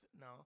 no